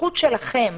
הזכות שלכם